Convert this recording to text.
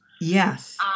Yes